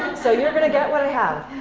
so you're going to get what i have.